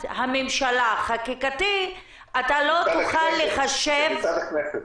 הממשלה לא תוכל לחשב --- מצד הכנסת.